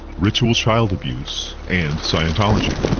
ritual child abuse and scientology.